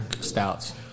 stouts